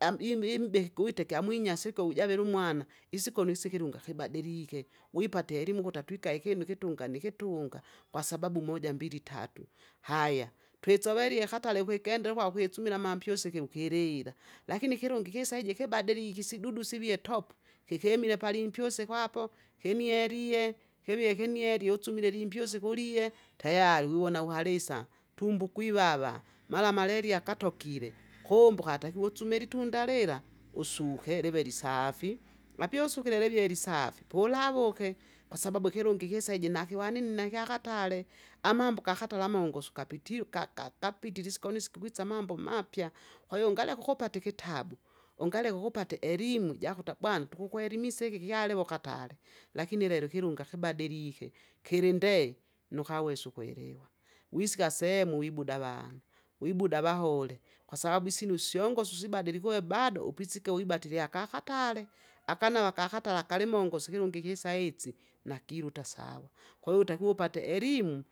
am- imbi- imbihi kuwite kyamwinyasi ikyo ujavila umwana, isikoni isi ikilunga kibadilike. Wipate ielimu ukuta atwikae ikinu ikitunga nikitunga, kwasababua moja mbili tatu. Haya twisovelie katare wikenda ivwa ikwisumila mampyusiki wukilila, lakini ikilungi ikisaiji kibadilike isidudu sivie topu, kikemile palimpyuse kwapo, kimielie, kivie kinielie utsumile limyusi kulie tayari wiwona uharisa, tumbo ukwivava, mara maleria katokile, kumbe ukataikwa usumile ilitunda lila, usuke live lisafi. Apyi usukile livi lisafi, poulavuke, kwasababu ikilungi kisa iji nakiwanini nakyakatale! amambo gakatala amongosu kapitile uka- ka- kapitile isikoni isi kikwisa amambo mapya. kwahiyo ungaleka ukupata ikitabu, ungaleka ukupata ukupata elimwu jakuta bwana tukukwelimisa iki kyaliwukale. Lakini lelo ikilunga kibadilike, kilindee, nukawesa ukelewa. Wisika sehemu ibuda avana, wibuda avahole kwasababu isinu syongosu sibadilikwe bado upisike wibati lyakakatale! akanava kakatala kalimongosu ikilungi ikisaisi nakiluta sawa, kwahiyo utakiwa upate elimu!